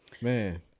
Man